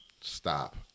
Stop